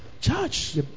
Church